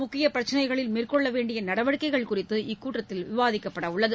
முக்கிய பிரச்சினைகளில் மேற்கொள்ள வேண்டிய நடவடிக்கைகள் குறித்து இக்கூட்டத்தில் விவாதிக்கப்படவுள்ளது